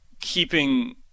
keeping